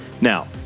Now